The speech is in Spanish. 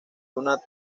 una